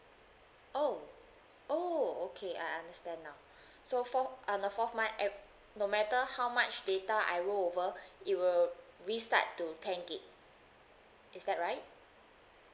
oh oh okay I understand now so fourth on the fourth month ev~ matter how much data I roll over it will restart to ten gig is that right